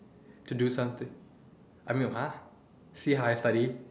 to do something I mean like !huh! see how I study